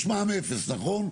יש מע"מ אפס, נכון?